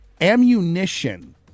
ammunition